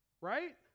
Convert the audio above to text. right